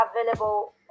available